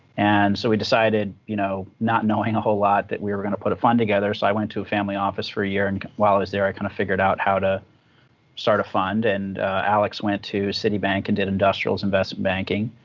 and so we decided, you know, not knowing a whole lot that we were going to put fund together, so i went to a family office for a year, and while i was there, i kind of figured out how to start a fund. and alex went to citibank and did industrials investment banking.